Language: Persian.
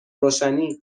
روشنی